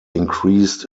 increased